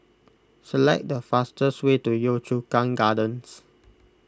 select the fastest way to Yio Chu Kang Gardens